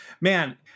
man